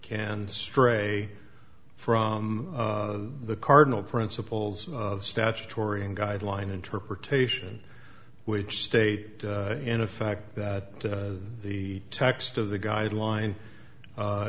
can stray from the cardinal principles of statutory and guideline interpretation which state in effect that the text of the guideline